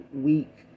week